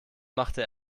machte